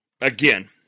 again